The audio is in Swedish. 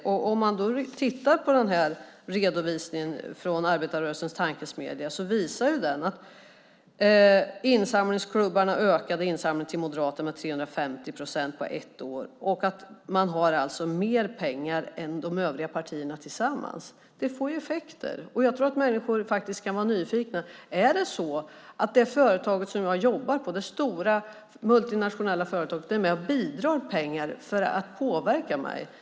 Om man tittar på den här redovisningen från Arbetarrörelsens Tankesmedja ser man att insamlingsklubbarna ökade insamlingen till Moderaterna med 350 procent på ett år och att de alltså har mer pengar än de övriga partierna tillsammans. Det får ju effekter, och jag tror att människor kan vara nyfikna: Är det så att det företag som jag jobbar på, det stora multinationella företaget, är med och bidrar med pengar för att påverka mig?